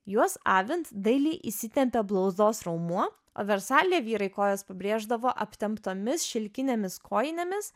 juos avint dailiai įsitempia blauzdos raumuo o versalyje vyrai kojas pabrėždavo aptemptomis šilkinėmis kojinėmis